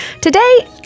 Today